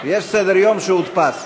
יש סדר-יום שהודפס.